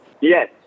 Yes